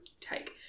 take